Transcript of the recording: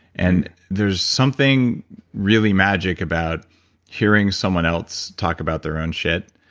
and there's something really magic about hearing someone else talk about their own shit.